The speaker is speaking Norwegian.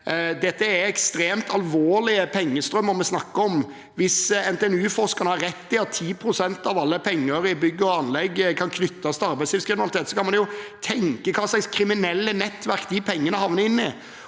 Det er ekstremt alvorlige pengestrømmer vi snakker om. Hvis NTNU-forskerne har rett i at 10 pst. av alle penger i bygg og anlegg kan knyttes til arbeidslivskriminalitet, kan man jo tenke seg hva slags kriminelle nettverk disse pengene havner inn i.